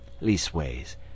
Leastways